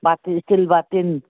bottle steel bottle